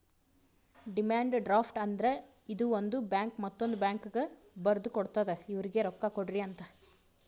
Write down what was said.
demand draft ಅಂದ್ರ ಇದು ಒಂದು ಬ್ಯಾಂಕ್ ಮತ್ತೊಂದ್ ಬ್ಯಾಂಕ್ಗ ಬರ್ದು ಕೊಡ್ತಾದ್ ಇವ್ರಿಗ್ ರೊಕ್ಕಾ ಕೊಡ್ರಿ ಅಂತ್